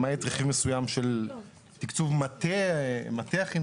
למעט רכיב מסוים של תקצוב מטה החינוך,